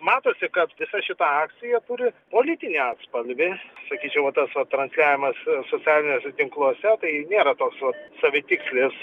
matosi kad visa šita akcija turi politinį atspalvį sakyčiau va tas va transliavimas socialiniuose tinkluose tai nėra toks va savitikslis